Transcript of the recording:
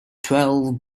twelve